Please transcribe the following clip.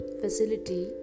facility